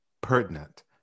Pertinent